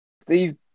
Steve